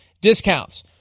discounts